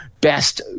best